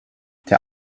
der